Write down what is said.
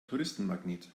touristenmagnet